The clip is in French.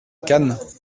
cannes